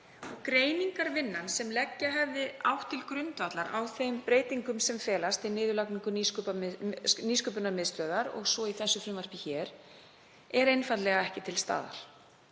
Greiningarvinnan, sem leggja hefði átt til grundvallar á þeim breytingum sem felast í niðurlagningu Nýsköpunarmiðstöðvar og svo í þessu frumvarpi hér, er einfaldlega ekki til staðar.